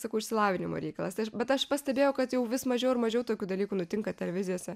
sakau išsilavinimo reikalas bet aš pastebėjau kad jau vis mažiau ir mažiau tokių dalykų nutinka televizijose